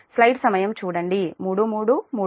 కాబట్టిPi0 0